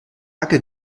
hacke